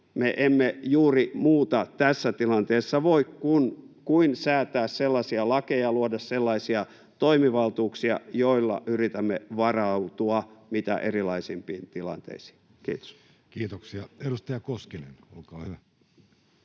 Me emme juuri muuta tässä tilanteessa voi kuin säätää sellaisia lakeja, luoda sellaisia toimivaltuuksia, joilla yritämme varautua mitä erilaisimpiin tilanteisiin. — Kiitos. Kiitoksia. — Edustaja Koskinen, olkaa hyvä.